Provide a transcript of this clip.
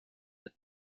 mit